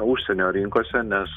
užsienio rinkose nes